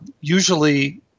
Usually